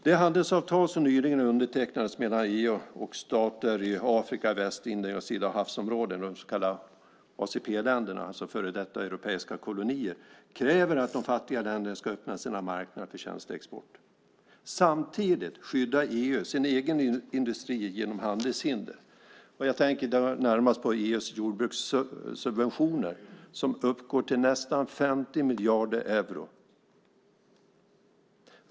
Det handelsavtal som nyligen undertecknades mellan EU och stater i Afrika, Västindien och Stillahavsområdet, de så kallade ACP-länderna, alltså före detta europeiska kolonier, kräver att de fattiga länderna ska öppna sina marknader för tjänsteexport. Samtidigt skyddar EU sin egen industri genom handelshinder. Jag tänker då närmast på EU:s jordbrukssubventioner som uppgår till nästan 50 miljarder euro.